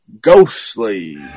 Ghostly